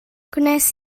gwnes